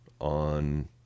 on